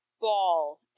ball